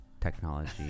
technology